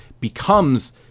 becomes